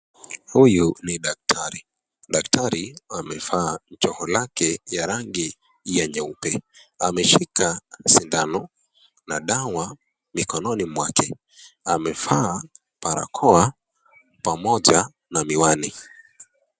Huyu ni daktari, daktari amevaa joho lake ya rangi ya nyeupe, ameshika sindano na dawa mikononi mwake amevaa barakoa pamoja na miwani.